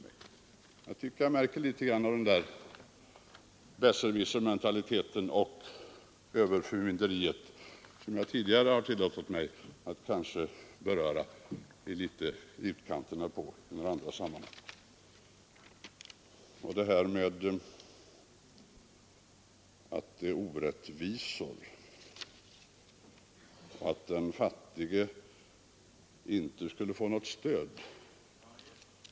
Jag tycker mig här märka något av den besserwissermentalitet och överförmynderi som jag tidigare tillåtit mig beröra något i utkanterna i andra sammanhang. Det har nämnts att det vore en orättvisa och att den fattige inte skulle få något stöd.